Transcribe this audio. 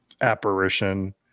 apparition